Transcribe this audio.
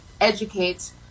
educate